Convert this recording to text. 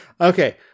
Okay